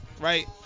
right